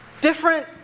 different